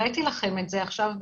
הראיתי לכם את זה עכשיו.